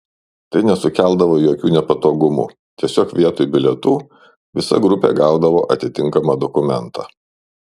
tai nesukeldavo jokių nepatogumų tiesiog vietoj bilietų visa grupė gaudavo atitinkamą dokumentą